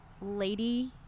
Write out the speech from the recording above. lady